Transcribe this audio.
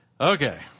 Okay